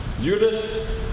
Judas